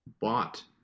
bought